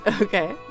Okay